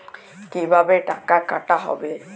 কিভাবে টাকা কাটা হবে?